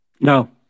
No